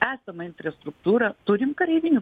esamą infrastruktūrą turim kareivinių